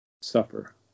suffer